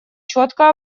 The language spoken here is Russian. четко